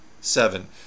Seven